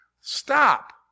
Stop